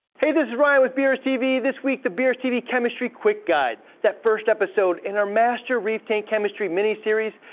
hey, this is ryan with brstv. this week, the brstv chemistry quick guide, that first episode in our master reef tank chemistry mini series.